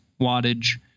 wattage